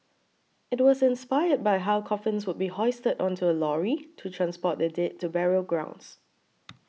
it was inspired by how coffins would be hoisted onto a lorry to transport the dead to burial grounds